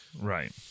Right